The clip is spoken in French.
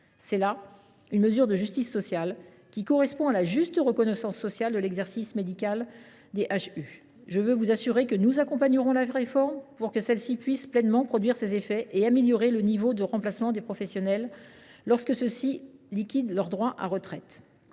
C’est là une mesure de justice sociale, qui correspond à la juste reconnaissance sociale de l’exercice médical des hospitalo universitaires. Je veux vous assurer que nous accompagnerons la réforme, pour que celle ci puisse pleinement produire ses effets et améliorer le revenu de remplacement des professionnels hospitalo universitaires, lorsque ceux ci liquident leurs droits à retraite.